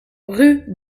rue